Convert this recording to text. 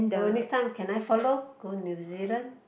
so next time can I follow go New Zealand